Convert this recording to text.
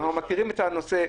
אנחנו מכירים את הנושא,